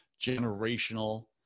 Generational